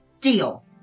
Deal